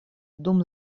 dum